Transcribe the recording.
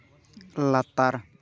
ᱞᱟᱛᱟᱨ